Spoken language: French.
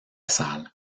salle